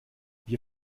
wir